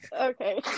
Okay